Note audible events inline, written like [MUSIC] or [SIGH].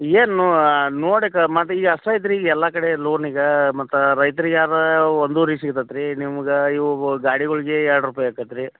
ಏನು ನೋಡೆಕ ಮತ್ತು ಈಗ [UNINTELLIGIBLE] ಇದ್ರೆ ಈಗ ಎಲ್ಲ ಕಡೆ ಲೋನ್ ಈಗ ಮತ್ತು ರೈತ್ರಿಗ್ಯಾರ ಒಂದೂರಿಗೆ ಸಿಗತತ್ತೆ ರೀ ನಿಮ್ಗೆ ಇವುಬು ಗಾಡಿಗಳ್ಗೆ ಎರಡು ರೂಪಾಯಿ ಅಕ್ಕತ್ತೆ ರೀ